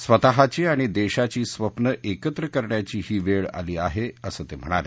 स्वतःची आणि देशाची स्वप्न एकत्र करण्याची ही वेळ आली आहे असं ते म्हणाले